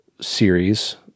series